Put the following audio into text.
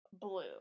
Blue